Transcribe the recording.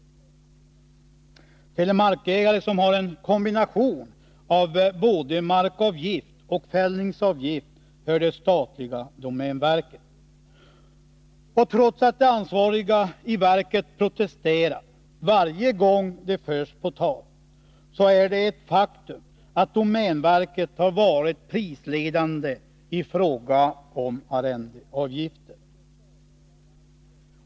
Till de markägare som har en kombination av markavgift och fällningsavgift hör det statliga domänverket. Trots att de ansvariga i verket protesterar varje gång det förs på tal, är det ett faktum att domänverket har varit prisledande i fråga om arrendeavgifter.